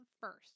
first